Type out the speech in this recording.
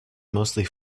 mostly